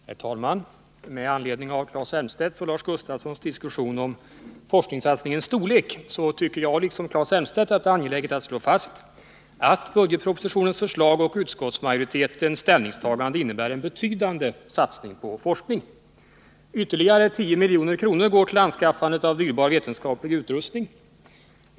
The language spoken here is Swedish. Herr talman! Med anledning av Claes Elmstedts och Lars Gustafssons diskussion om forskningssatsningens storlek tycker jag, i likhet med Claes Elmstedt, att det är angeläget att slå fast att budgetpropositionens förslag och utskottsmajoritetens ställningstagande innebär en betydande satsning på forskning. Ytterligare 10 milj.kr. går till anskaffande av dyrbar vetenskaplig utrustning.